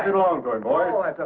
long ago